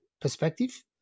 perspective